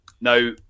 now